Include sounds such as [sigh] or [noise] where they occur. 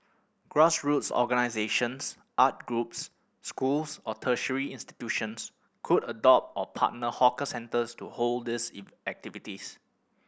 grassroots organisations art groups schools or tertiary institutions could adopt or partner hawker centres to hold these [unintelligible] activities